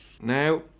Now